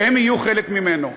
שהם יהיו חלק ממנה.